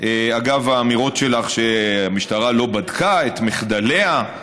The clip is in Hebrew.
אגב האמירות שלך שהמשטרה לא בדקה את מחדליה,